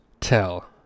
tell